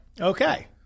Okay